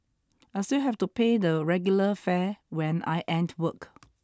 I still have to pay the regular fare when I end work